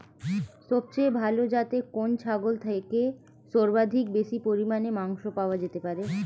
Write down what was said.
সবচেয়ে ভালো যাতে কোন ছাগল থেকে সর্বাধিক বেশি পরিমাণে মাংস পাওয়া যেতে পারে?